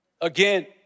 again